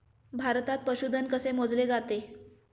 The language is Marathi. भारतात पशुधन कसे मोजले जाते?